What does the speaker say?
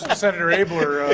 senator abeler.